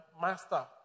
master